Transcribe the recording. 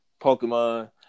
Pokemon